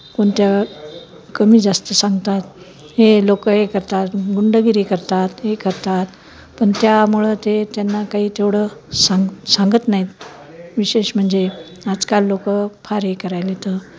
कोणत्या कमी जास्त सांगतात हे लोकं हे करतात गुंडगिरी करतात हे करतात पण त्यामुळं ते त्यांना काही तेवढं सांग सांगत नाही आहेत विशेष म्हणजे आजकाल लोकं फार हे करायला आहेत